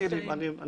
תני לי, אני אסביר.